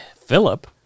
Philip